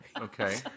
Okay